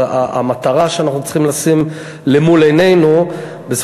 אז המטרה שאנחנו צריכים לשים למול עינינו היא,